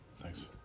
Thanks